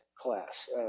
class